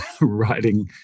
writing